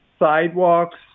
sidewalks